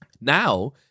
Now